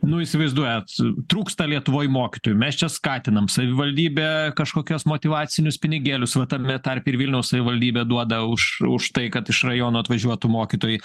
nu įsivaizduojat trūksta lietuvoj mokytojų mes čia skatinam savivaldybė kažkokios motyvacinius pinigėlius va tame tarpe ir vilniaus savivaldybė duoda už už tai kad iš rajono atvažiuotų mokytojai